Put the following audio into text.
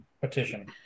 petition